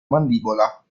mandibola